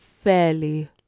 fairly